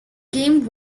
game